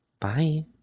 Bye